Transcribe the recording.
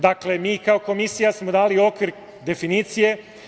Dakle, mi kao komisija smo dali okvir definicije.